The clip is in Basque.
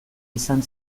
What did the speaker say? izan